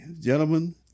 gentlemen